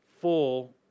full